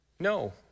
No